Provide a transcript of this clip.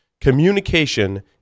communication